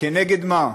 כנגד מה?